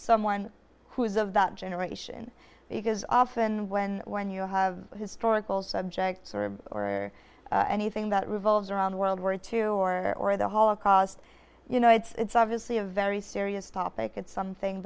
someone who is of that generation because often when when you have historical subjects or or anything that revolves around the world war two or the holocaust you know it's obviously a very serious topic it's something